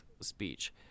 speech